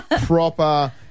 Proper